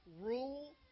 rule